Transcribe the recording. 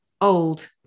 old